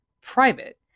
private